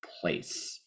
place